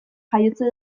jaiotze